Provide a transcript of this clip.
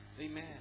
Amen